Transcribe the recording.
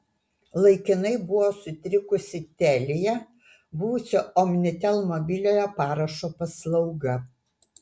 laikinai buvo sutrikusi telia buvusio omnitel mobiliojo parašo paslauga